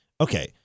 okay